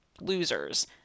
losers